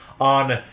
on